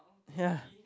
ya